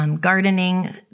gardening